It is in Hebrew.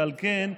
ועל כן,